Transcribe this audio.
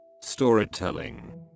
storytelling